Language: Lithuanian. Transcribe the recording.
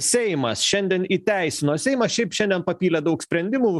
seimas šiandien įteisino seimas šiaip šiandien papylė daug sprendimų